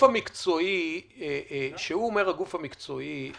כשהוא אומר "הגוף המקצועי",